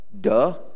duh